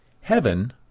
heaven